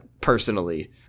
personally